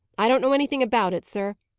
i don't know anything about it, sir.